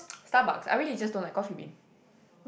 Starbucks I really just don't like Coffee-Bean